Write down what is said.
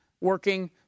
working